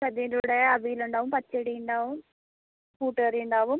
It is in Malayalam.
സദ്യേന്റെ കൂടെ അവിയലുണ്ടാവും പച്ചടി ഉണ്ടാവും കൂട്ടുകറി ഉണ്ടാവും